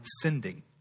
sending